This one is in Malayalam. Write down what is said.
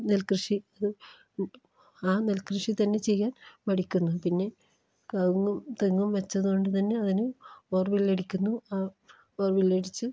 നെൽകൃഷി അത് ആ നെൽകൃഷി തന്നെ ചെയ്യാൻ മടിക്കുന്നു പിന്നെ കവുങ്ങും തെങ്ങും വച്ചതുകൊണ്ട് തന്നെ അതിനും ബോർ വെല്ലടിക്കുന്നു ആ ബോർ വെല്ലടിച്ച്